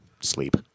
sleep